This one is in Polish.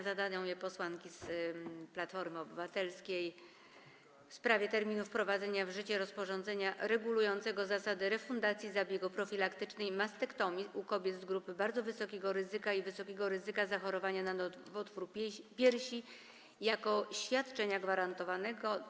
Zadadzą je posłanki z Platformy Obywatelskiej, a jest to pytanie w sprawie terminu wprowadzenia w życie rozporządzenia regulującego zasady refundacji zabiegu profilaktycznej mastektomii u kobiet z grupy bardzo wysokiego ryzyka i wysokiego ryzyka zachorowania na nowotwór piersi jako świadczenia gwarantowanego.